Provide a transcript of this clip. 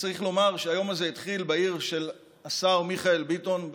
וצריך לומר שהיום הזה התחיל בעיר של השר מיכאל ביטון,